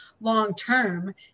long-term